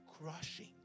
crushing